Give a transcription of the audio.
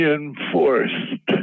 enforced